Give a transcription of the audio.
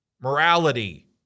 morality